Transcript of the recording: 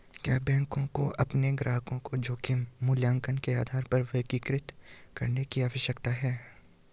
क्या बैंकों को अपने ग्राहकों को जोखिम मूल्यांकन के आधार पर वर्गीकृत करने की आवश्यकता है?